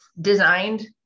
designed